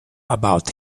about